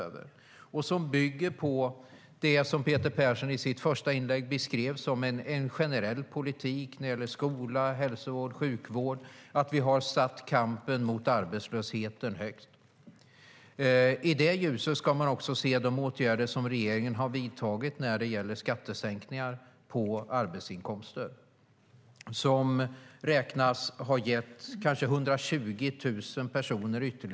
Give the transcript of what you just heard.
Detta bygger på det Peter Persson i sitt första inlägg beskrev som en generell politik när det gäller skola, hälsovård och sjukvård, det vill säga att vi har satt kampen mot arbetslösheten högt. I det ljuset ska vi se de åtgärder som regeringen har vidtagit i fråga om skattesänkningar på arbetsinkomster. De beräknas ha resulterat i ytterligare ca 120 000 personer i arbete.